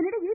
இதனிடையே